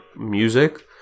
music